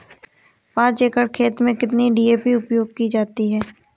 पाँच एकड़ खेत में कितनी डी.ए.पी उपयोग की जाती है?